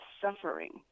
suffering